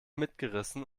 mitgerissen